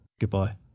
Goodbye